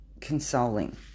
consoling